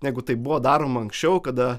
negu tai buvo daroma anksčiau kada